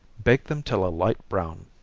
bake them till a light brown.